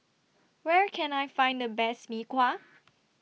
Where Can I Find The Best Mee Kuah